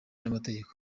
n’amategeko